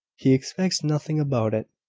he expects nothing about it.